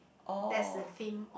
that's the theme of